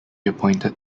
appointed